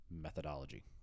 methodology